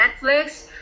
Netflix